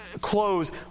close